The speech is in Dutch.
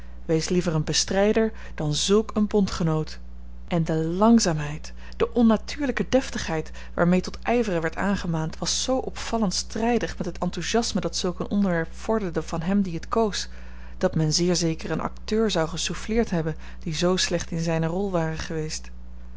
wees liever een bestrijder dan zulk een bondgenoot en de langzaamheid de onnatuurlijke deftigheid waarmee tot ijveren werd aangemaand was zoo opvallend strijdig met het enthousiasme dat zulk een onderwerp vorderde van hem die het koos dat men zeer zeker een acteur zou gesouffleerd hebben die zoo slecht in zijne rol ware geweest